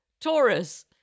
Taurus